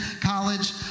college